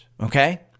okay